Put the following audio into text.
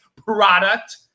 product